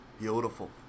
Beautiful